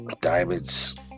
diamonds